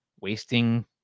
wasting